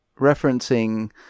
referencing